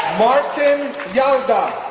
martin yalda,